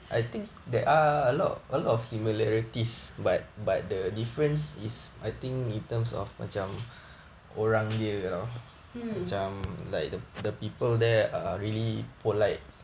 mm